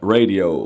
Radio